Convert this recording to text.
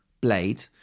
blade